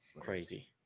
Crazy